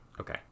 Okay